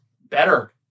better